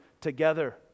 together